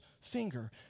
finger